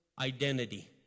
identity